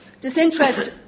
disinterest